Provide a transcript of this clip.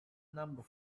number